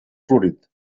florit